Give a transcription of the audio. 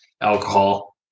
alcohol